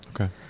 Okay